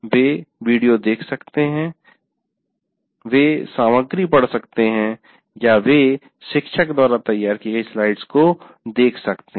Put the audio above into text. वे video देख सकते हैं वे सामग्री पढ़ सकते हैं या वे शिक्षक द्वारा तैयार की गई स्लाइड्स को देख सकते हैं